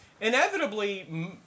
inevitably